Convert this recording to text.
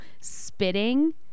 spitting